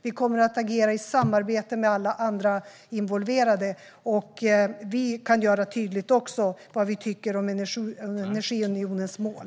Vi kommer att agera i samarbete med alla andra involverade. Vi kan också tydliggöra vad vi tycker om energiunionens mål.